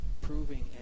proving